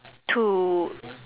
to